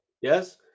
yes